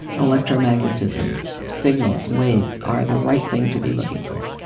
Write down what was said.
electromagnetism signals, waves, are the right thing to be looking for,